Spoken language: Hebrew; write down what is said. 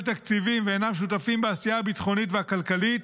תקציבים ואינם שותפים בעשייה הביטחונית והכלכלית,